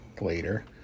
later